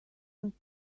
earth